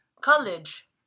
College